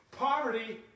Poverty